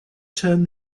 turn